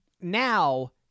now